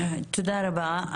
תודה רבה.